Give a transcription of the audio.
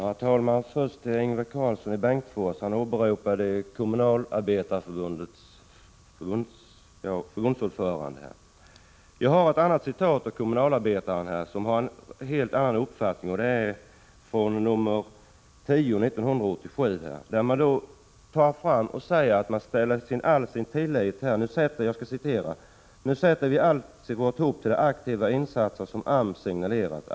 Herr talman! Ingvar Karlsson i Bengtsfors åberopade Kommunalarbetareförbundets förbundsordförande. Jag har ett annat citat ur Kommunalarbetaren, nr 10 år 1987, där man ger uttryck för en helt annan uppfattning: ”Nu sätter alla sitt hopp till de aktivare insatser som AMS signalerat.